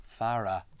Farah